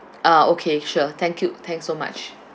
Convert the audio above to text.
ah okay sure thank you thanks so much